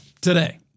today